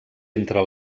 entre